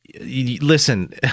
Listen